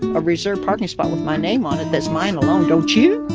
a reserved parking spot with my name on it. that's mine alone, don't you?